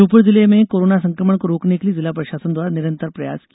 श्योपुर जिले में कोरोना संक्रमण को रोकने के लिए जिला प्रशासन द्वारा निरन्तर प्रयास किये जा रहे हैं